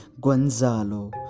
Gonzalo